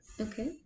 okay